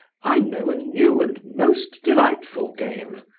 i know a new and most delightful game,